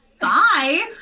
Bye